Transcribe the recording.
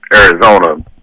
Arizona